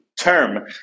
term